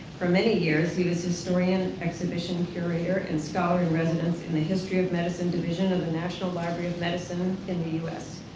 for many years he was historian, exhibition curator, and scholar in residence in the history of medicine division of the national library of medicine in the us.